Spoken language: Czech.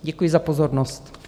Děkuji za pozornost.